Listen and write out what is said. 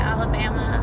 Alabama